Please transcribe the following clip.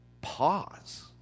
Pause